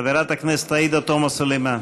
חברת הכנסת עאידה תומא סלימאן,